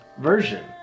version